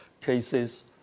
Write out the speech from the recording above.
cases